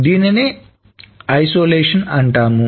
దీనినే ఐసోలేషన్ అంటాము